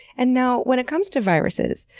and now, when it comes to viruses,